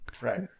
Right